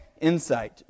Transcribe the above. insight